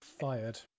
Fired